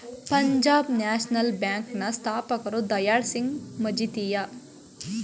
Punjab National Bank ನ ಸ್ಥಾಪಕರು ದಯಾಳ್ ಸಿಂಗ್ ಮಜಿತಿಯ